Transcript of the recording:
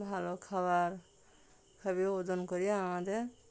ভালো খাবার খাইয়ে ওজন করিয়ে আমাদের